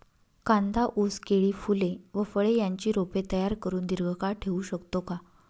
कांदा, ऊस, केळी, फूले व फळे यांची रोपे तयार करुन दिर्घकाळ ठेवू शकतो का?